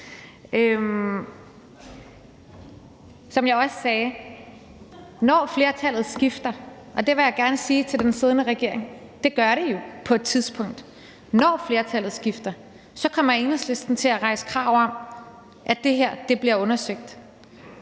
på et tidspunkt – kommer Enhedslisten til at rejse krav om, at det her bliver undersøgt.